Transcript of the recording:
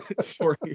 Sorry